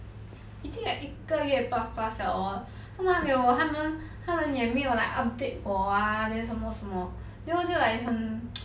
已经 like 一个月 plus plus liao hor 他们还没有他们也没有 like update 我啊 then 什么什么 then 我就 like 也很